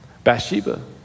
Bathsheba